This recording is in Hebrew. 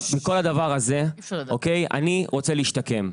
כל הדבר הזה, אני רוצה להשתקם.